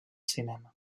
cinema